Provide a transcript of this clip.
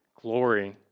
Glory